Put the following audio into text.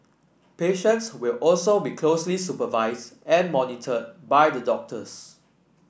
patients will also be closely supervised and monitored by the doctors